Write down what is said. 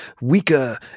weaker